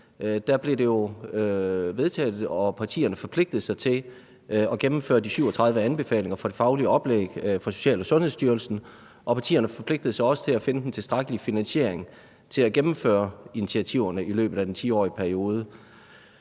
blev det vedtaget og partierne forpligtede sig til at gennemføre de 37 anbefalinger fra det faglige oplæg fra Socialstyrelsen og Sundhedsstyrelsen, og partierne forpligtede sig også til at finde den tilstrækkelige finansiering til at gennemføre initiativerne i løbet af den 10-årige periode.